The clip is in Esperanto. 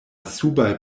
subaj